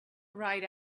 ride